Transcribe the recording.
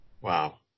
Wow